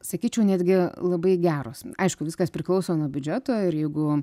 sakyčiau netgi labai geros aišku viskas priklauso nuo biudžeto ir jeigu